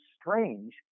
strange